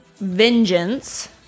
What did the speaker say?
Vengeance